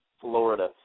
Florida